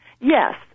Yes